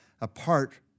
apart